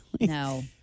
No